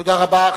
תודה רבה.